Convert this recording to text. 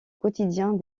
quotidien